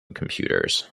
computers